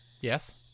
Yes